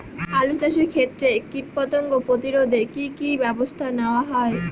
আলু চাষের ক্ষত্রে কীটপতঙ্গ প্রতিরোধে কি কী ব্যবস্থা নেওয়া হয়?